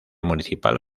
municipal